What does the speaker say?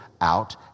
out